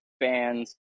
Fans